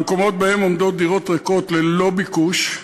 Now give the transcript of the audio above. במקומות שבהם עומדות דירות ריקות ללא ביקוש,